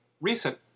recent